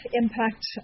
impact